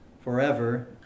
forever